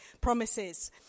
promises